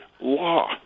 law